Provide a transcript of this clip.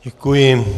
Děkuji.